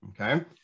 Okay